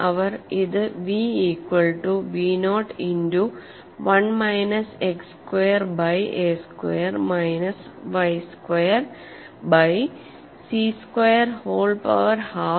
അവർ ഇത് v equal to v naught into 1 minus x square by a square minus y square by c square whole power half